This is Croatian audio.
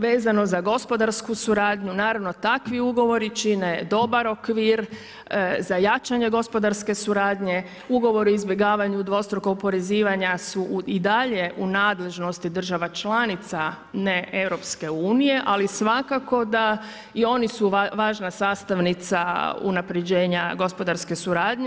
Vezano za gospodarsku suradnju, naravno takvi ugovori čine dobar okvir za jačanje gospodarske suradnje, ugovore o izbjegavanju dvostrukog oporezivanja su i dalje u nadležnosti država članica ne EU ali svakako da i oni su važna sastavnica unapređenja gospodarske suradnje.